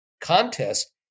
contest